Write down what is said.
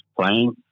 playing